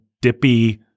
dippy